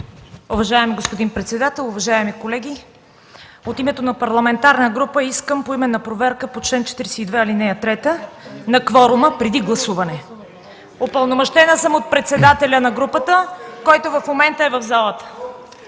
Уважаеми господин председател, уважаеми колеги! От името на парламентарна група искам поименна проверка по чл. 42, ал. 3 на кворума преди гласуване. (Шум и реплики от КБ.) Упълномощена съм от председателя на групата, който в момента е в залата.